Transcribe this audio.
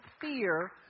fear